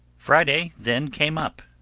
friday then came up,